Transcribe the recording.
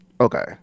Okay